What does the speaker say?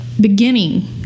Beginning